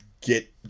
get